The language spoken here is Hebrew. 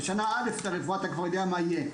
בשנה א' ברפואה אתה יודע כבר מה יהיה.